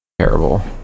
Terrible